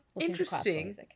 interesting